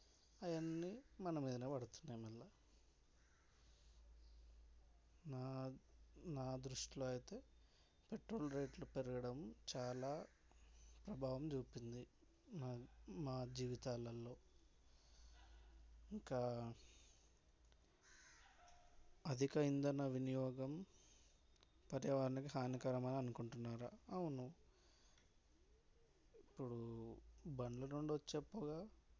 అయన్ని మన మీదనే పడుతున్నాయి మళ్ళా నా నా దృష్టిలో అయితే పెట్రో ల్ రేట్లు పెరగడం చాలా ప్రభావం చూపింది మా మా జీవితాలలో ఇంకా అధిక ఇంధన వినియోగం పర్యావరణానికి హానికరం అని అనుకుంటున్నారా అవును ఇప్పుడు బండ్ల నుంచి వచ్చే పొగ